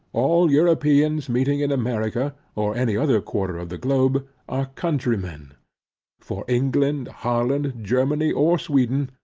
all europeans meeting in america, or any other quarter of the globe, are countrymen for england, holland, germany, or sweden,